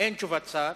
אין תשובת שר,